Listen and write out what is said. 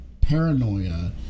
paranoia